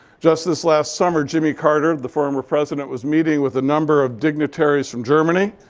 just this last summer, jimmy carter, the former president, was meeting with a number of dignitaries from germany,